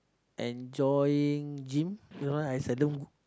enjoying gym you know I seldom